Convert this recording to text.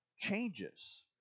changes